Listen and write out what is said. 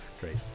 great